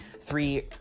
three